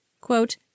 quote